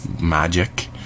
magic